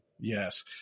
yes